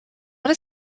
what